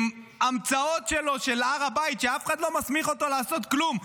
עם המצאות שלו של הר הבית = אף אחד לא מסמיך אותו לעשות כלום,